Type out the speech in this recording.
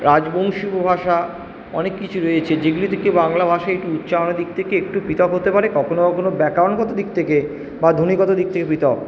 রাজবংশী উপভাষা অনেক কিছু রয়েছে যেগুলি থেকে বাংলা ভাষা একটু উচ্চারণের দিক থেকে একটু পৃথক হতে পারে কখনো কখনো ব্যাকারণগত দিক থেকে বা ধ্বনিগত দিক থেকে পৃথক